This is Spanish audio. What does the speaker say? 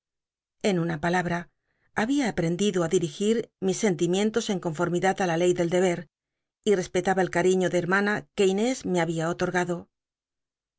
en una palabra habia aprendido á dirigir mis sentimientos en conformidad á la ley del deber y respetaba el cariño ele hetmana que inés me babia otorgado